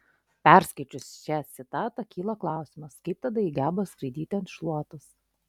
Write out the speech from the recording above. perskaičius šią citatą kyla klausimas kaip tada ji geba skraidyti ant šluotos